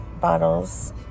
bottles